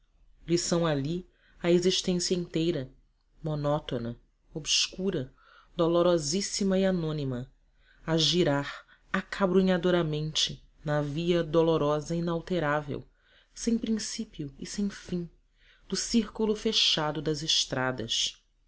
são ali a existência inteira monótona obscura dolorosíssima e anônima a girar acabrunhadoramente na via dolorosa inalterável sem princípio e sem fim do círculo fechado das estradas